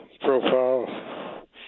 profile